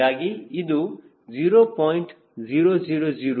ಹೀಗಾಗಿ ಇದು 0